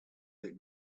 that